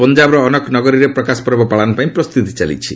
ପଞ୍ଜାବର ଅନେକ ନଗରୀରେ ପ୍ରକାଶପର୍ବ ପାଳନ ପାଇଁ ପ୍ରସ୍ତୁତି ଚାଲିଛି